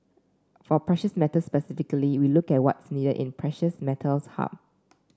for precious metals specifically we look at what's needed in precious metals hub